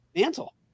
mantle